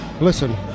listen